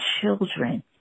children